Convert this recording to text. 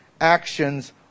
actions